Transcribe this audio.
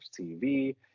TV